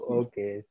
okay